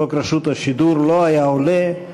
חוק רשות השידור לא היה עולה,